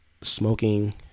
smoking